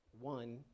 one